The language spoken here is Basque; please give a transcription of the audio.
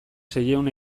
seiehun